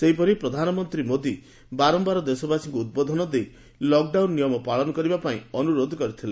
ସେହିପରି ପ୍ରଧାନମନ୍ତ୍ରୀ ମୋଦୀ ବାରମ୍ଘାର ଦେଶବାସୀଙ୍କୁ ଉଦ୍ବୋଧନ ଦେଇ ଲକ୍ଡାଉନ୍ ପାଳନ କରିବା ପାଇଁ ଅନୁରୋଧ କରିଥିଲେ